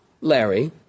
Larry